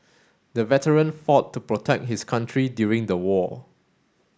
the veteran fought to protect his country during the war